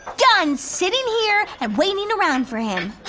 done sitting here and waiting around for him.